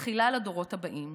מנחילה לדורות הבאים.